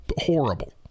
horrible